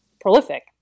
prolific